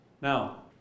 Now